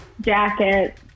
Jacket